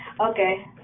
Okay